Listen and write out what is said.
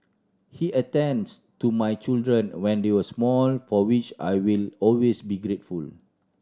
he attends to my children when they were small for which I will always be grateful